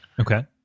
Okay